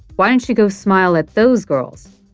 why don't you go smile at those girls?